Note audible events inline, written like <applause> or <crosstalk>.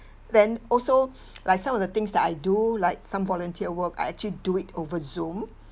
then also <breath> like some of the things that I do like some volunteer work I actually do it over Zoom